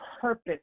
purpose